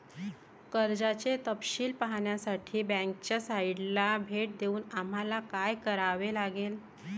कर्जाचे तपशील पाहण्यासाठी बँकेच्या साइटला भेट देऊन आम्हाला काय करावे लागेल?